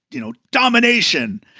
you know, domination.